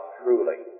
truly